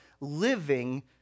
living